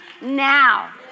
now